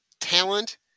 talent